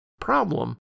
Problem